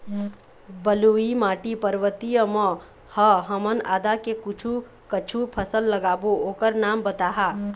बलुई माटी पर्वतीय म ह हमन आदा के कुछू कछु फसल लगाबो ओकर नाम बताहा?